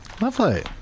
Lovely